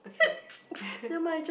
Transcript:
okay